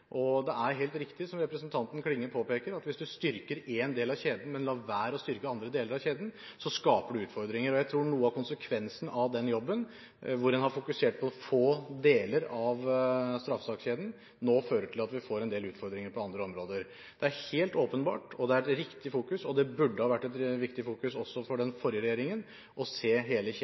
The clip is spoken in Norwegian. Det er helt riktig, som representanten Klinge påpeker, at hvis du styrker en del av kjeden, men lar være å styrke andre deler av kjeden, skaper du utfordringer. Jeg tror en av konsekvensene av jobben med å fokusere på få deler av straffesakskjeden nå er at vi får en del utfordringer på andre områder. Det er helt åpenbart, og det er et riktig fokus. Det burde ha vært et viktig fokus, også for den forrige regjeringen, å se hele